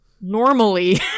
normally